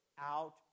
out